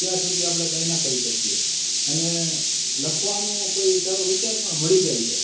ત્યાં સુધી આપણે કંઈ ના કરી શકીએ અને લખવાનું કોઈ સારો વિચાર પણ મળી જાય છે